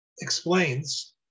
explains